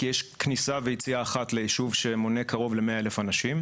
כי יש כניסה ויציאה אחת לישוב שמונה קרוב למאה אלף אנשים,